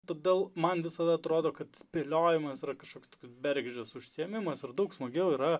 todėl man visada atrodo kad spėliojimas yra kažkoks tai bergždžias užsiėmimas ar daug smagiau yra